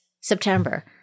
September